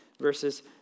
verses